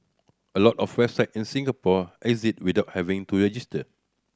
a lot of website in Singapore exist without having to register